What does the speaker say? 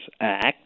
Act